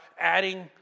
adding